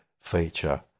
feature